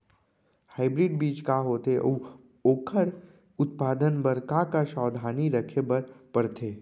Hybrid बीज का होथे अऊ ओखर उत्पादन बर का का सावधानी रखे बर परथे?